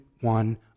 one